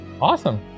Awesome